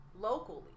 locally